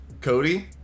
Cody